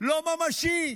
לא ממשי,